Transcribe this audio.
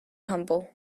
humble